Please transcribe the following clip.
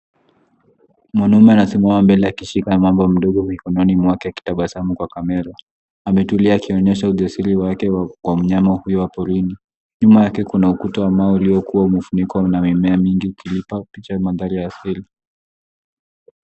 Mwanaume anasimama mbele akimshika mamba mdogo mikononi mwake akitabasamu kwa kamera ametulia akionyesha ujasiri wake kwa mnyama huyu wa porini nyuma yake kuna ukuta wa mawe uliyokuwa umefunikwa na mimea mingi ikiipa picha mandhari ya asili.